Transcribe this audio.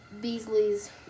Beasley's